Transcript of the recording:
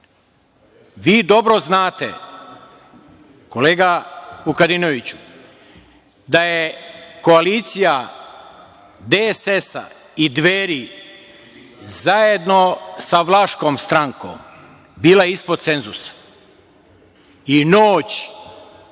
dobro znate, kolega Vukadinoviću, da je koalicija DSS i Dveri, zajedno sa Vlaškom strankom, bila ispod cenzusa. I noć